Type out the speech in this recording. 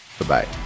bye-bye